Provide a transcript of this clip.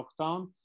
lockdown